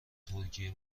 ترکیه